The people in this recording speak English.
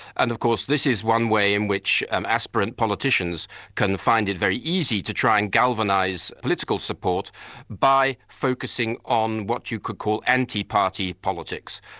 and of course this is one way in which and aspirant politicians can find it very easy to try and galvanise political support by focusing on what you could call anti-party politics,